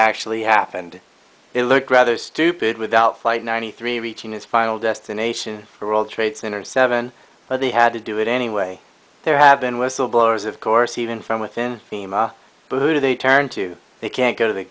actually happened it looked rather stupid without flight ninety three reaching its final destination for world trade center seven but they had to do it anyway there have been whistleblowers of course even from within fema who they turn to they can't go to the